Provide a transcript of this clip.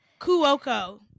kuoko